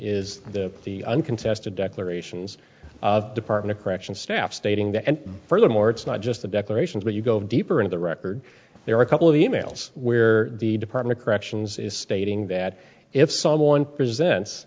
is the uncontested declarations of department of corrections staff stating the and furthermore it's not just the declarations but you go deeper in the record there are a couple of e mails where the department of corrections is stating that if someone presents